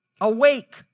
Awake